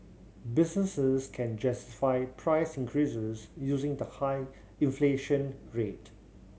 businesses can justify price increases using the high inflation rate